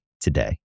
today